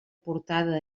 portada